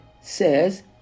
says